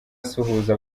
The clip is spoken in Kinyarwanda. asuhuza